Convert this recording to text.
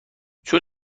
چون